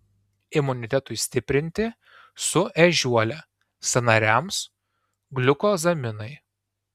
imunitetui stiprinti su ežiuole sąnariams gliukozaminai